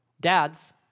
Dads